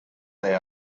they